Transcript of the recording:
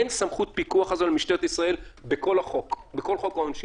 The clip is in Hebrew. אין סמכות פיקוח כזו למשטרת ישראל בכל חוק העונשין.